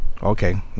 Okay